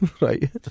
Right